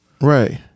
Right